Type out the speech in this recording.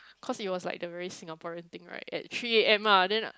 cause it was like the very Singaporean thing right at three A_M lah then